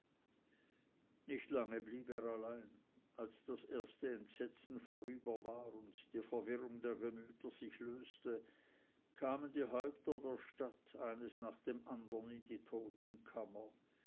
nicht lange blieb er allein als das erste entsetzen vorüber war und die verwirrung der gemüter sich löste kamen die häupter der stadt eines nach dem anderen in die